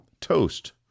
Toast